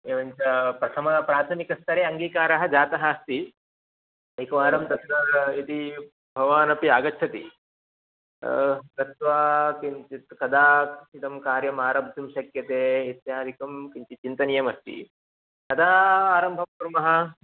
एवञ्च प्रथम प्राथमिकस्तरे अङ्गीकारः जातः अस्ति एकवारं तत्र यदि भवानपि आगच्छति गत्वा किञ्चित् कदा इदं कार्यम् आरब्धुं शक्यते इत्यादिकं किञ्चित् चिन्तनीयमस्ति कदा आरम्भं कुर्मः